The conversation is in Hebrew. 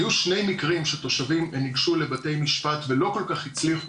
היו שני מקרים שתושבים ניגשו לבתי משפט ולא כל כך הצליחו,